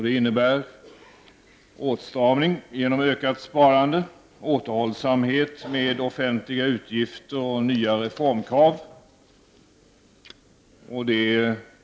Det innebär åtstramning genom ökat sparande, återhållsamhet med offentliga utgifter och nya reformer.